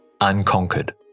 unconquered